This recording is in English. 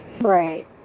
Right